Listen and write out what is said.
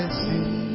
see